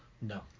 No